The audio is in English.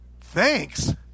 thanks